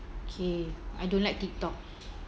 okay I don't like tik tok